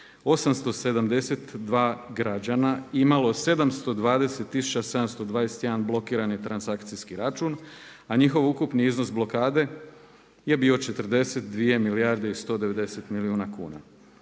872 građana imalo 720 tisuća 721 blokirani transakcijski račun a njihov ukupni iznos blokade je bio 42 milijarde i 190 milijuna kuna.